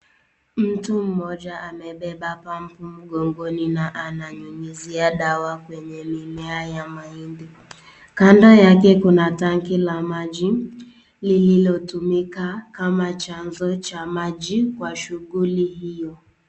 Mtu mmoja amebeba pambu mgongoni na ananyunyuzia dawa kwenye mimea ya mahindi. Kando yake kuna tanki la maji lililotumika kama chanzo cha maji kwa shughuli hiyo.